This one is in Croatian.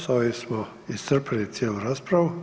S ovim smo iscrpili cijelu raspravu.